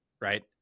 right